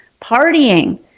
partying